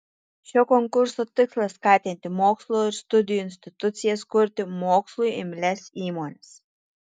šio konkurso tikslas skatinti mokslo ir studijų institucijas kurti mokslui imlias įmones